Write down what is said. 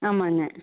ஆமாம்ங்க